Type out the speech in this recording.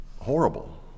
horrible